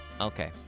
Okay